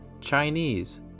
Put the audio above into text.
Chinese